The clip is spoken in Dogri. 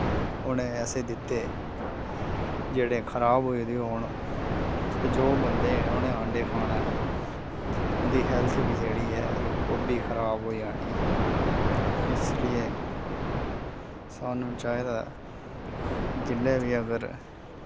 उने ऐसे दित्ते जेह्ड़े खराब होए दे होन ते जो बंदे उने अंडे खाना ऐ उंदी हैल्थ वी जेह्ड़ी ऐ ओह् बी खराब होई जानी ऐ इसलिए साह्नू चाहिदा ऐ जिल्लै वि अगर